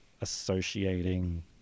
associating